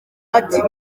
ati